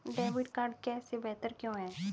Debit card cash से बेहतर क्यों है?